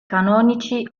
canonici